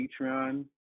Patreon